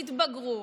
תתבגרו,